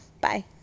Bye